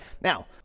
now